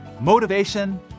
motivation